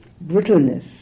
brittleness